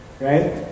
Right